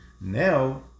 Now